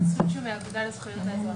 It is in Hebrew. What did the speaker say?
האגודה לזכויות האזרח.